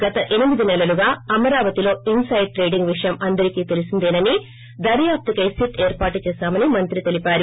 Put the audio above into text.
గత ఎనిమిది నెలలుగా అమరావతిలో ఇన్సైడ్ ట్రేడింగ్ విషయం అందరికి తెలిసినదేనని దర్యాపుకై సిట్ ఏర్పాటు చేశామని మంత్రి తెలిపారు